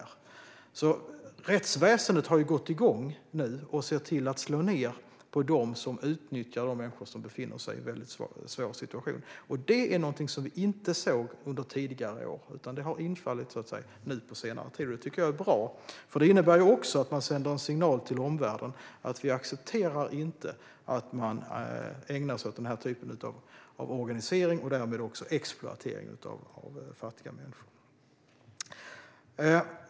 Rättsväsendet har alltså nu gått igång och slår ned på dem som utnyttjar människor som befinner sig i en väldigt svår situation. Det är något vi inte sett under tidigare år utan först nu på senare tid. Det är bra, för det innebär också att vi sänder en signal till omvärlden: Vi accepterar inte att man ägnar sig åt denna typ av organisering och därmed exploatering av fattiga människor.